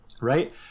right